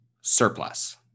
surplus